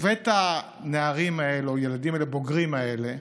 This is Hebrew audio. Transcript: ואת הנערים או הילדים הבוגרים האלה,